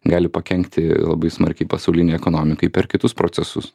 gali pakenkti labai smarkiai pasaulinei ekonomikai per kitus procesus